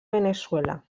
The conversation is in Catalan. veneçuela